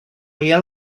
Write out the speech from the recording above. jel